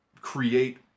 create